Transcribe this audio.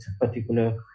particular